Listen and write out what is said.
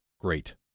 great